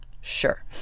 Sure